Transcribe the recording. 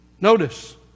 Notice